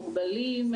מוגבלים,